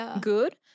good